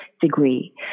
degree